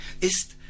ist